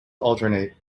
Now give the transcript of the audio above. alternate